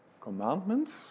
Commandments